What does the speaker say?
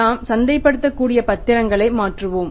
நாம் சந்தைப்படுத்தக்கூடிய பத்திரங்களை மாற்றுவோம்